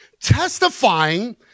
Testifying